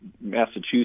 Massachusetts